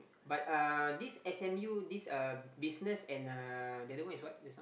but uh this s_m_u this uh business and uh the other one is what just now